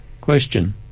Question